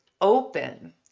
open